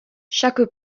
chaque